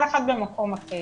כל אחד נמצא במקום אחר.